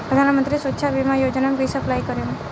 प्रधानमंत्री सुरक्षा बीमा योजना मे कैसे अप्लाई करेम?